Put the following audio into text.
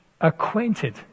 Acquainted